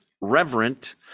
reverent